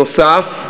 בנוסף,